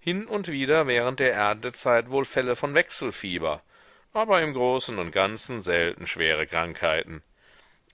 hin und wieder während der erntezeit wohl fälle von wechselfieber aber im großen und ganzen selten schwere krankheiten